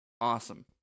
Awesome